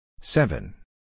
Seven